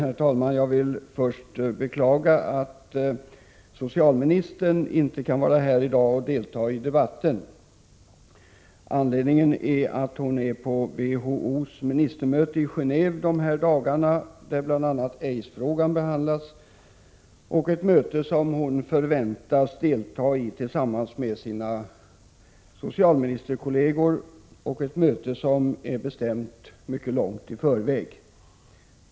Herr talman! Jag vill först beklaga att socialministern inte kan vara här i dag och delta i debatten. Anledningen är att hon är på WHO:s ministermöte i Geneve de här dagarna, där bl.a. aidsfrågan behandlas. Det är ett möte som hon förväntas delta i tillsammans med sina socialministerkolleger och ett möte som är bestämt mycket långt i förväg.